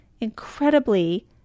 incredibly